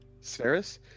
Saris